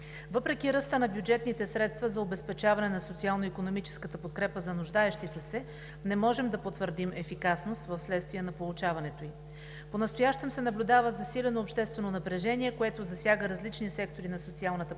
Въпреки ръста на бюджетните средства за обезпечаване на социално-икономическата подкрепа за нуждаещите се, не можем да потвърдим ефикасността вследствие на получаването им. Понастоящем се наблюдава засилено обществено напрежение, което засяга различни сектори на социалната политика